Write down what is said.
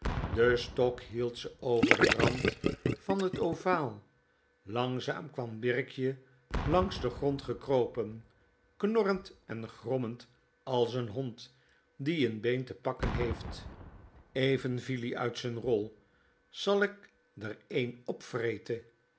den stok hield ze over den rand van t ovaal langzaam kwam dirkje langs den grond gekropen knorrend en grommend als n hond die n been te pakken heeft even viel ie uit z'n rol sal k r een pvrete